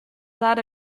that